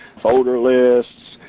folder list.